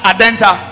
Adenta